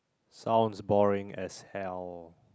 sounds boring as hell